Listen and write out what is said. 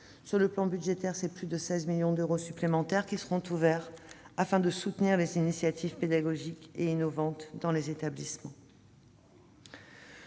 Sur le plan budgétaire, plus de 16 millions d'euros supplémentaires seront versés pour soutenir les initiatives pédagogiques et innovantes dans les établissements.